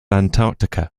antarctica